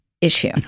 Issue